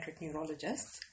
neurologists